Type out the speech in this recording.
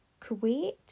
Kuwait